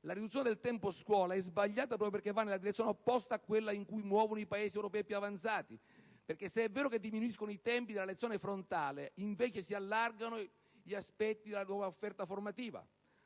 La riduzione del tempo scuola è sbagliata proprio perché va nella direzione opposta a quella in cui si muovono i Paesi europei più avanzati. Infatti, se è vero che diminuiscono i tempi della lezione frontale, è altrettanto vero che si allargano gli aspetti della nuova offerta formativa.